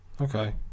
Okay